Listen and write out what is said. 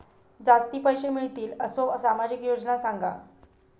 जास्ती पैशे मिळतील असो सामाजिक योजना सांगा?